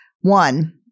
One